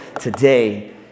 Today